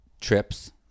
trips